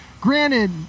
granted